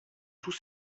tous